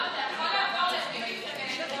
לא, אתה יכול לעבור לביבי ולכל נישואיו הקודמים?